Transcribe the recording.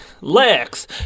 Lex